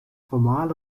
formal